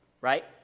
Right